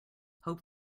hope